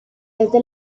desde